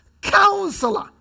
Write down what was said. counselor